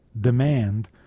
demand